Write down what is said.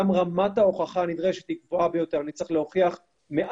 גם רמת ההוכחה הנדרשת היא גבוהה ביותר כי אני צריך להוכיח מעל